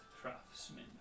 craftsman